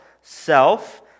self